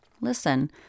Listen